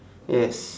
yes